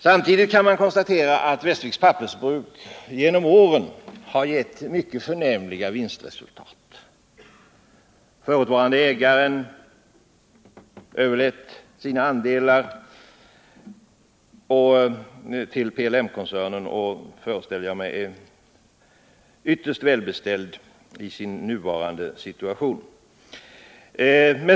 Samtidigt kan man konstatera att Westerviks Pappersbruk genom åren har givit mycket förnämliga vinstresultat. Förutvarande ägaren överlät sina andelar till PLM-koncernen och är, föreställer jag mig, ytterst välbeställd i sin nuvarande situation.